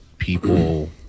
People